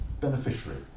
beneficiary